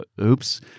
Oops